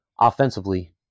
offensively